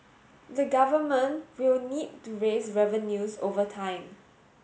the Government will need to raise revenues over time